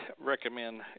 recommend